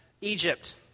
Egypt